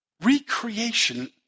recreation